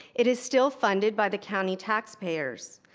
it is still funded by the county taxpayers.